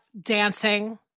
dancing